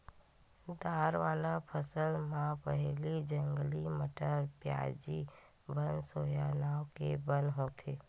दार वाला फसल म पोहली, जंगली मटर, प्याजी, बनसोया नांव के बन होथे